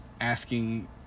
asking